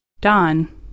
Don